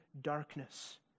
darkness